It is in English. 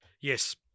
Yes